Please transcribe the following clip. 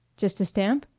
just a stamp?